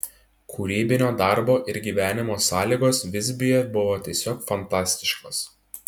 kūrybinio darbo ir gyvenimo sąlygos visbiuje buvo tiesiog fantastiškos